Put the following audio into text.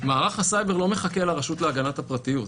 מערך הסייבר לא מחכה לרשות להגנת הפרטיות.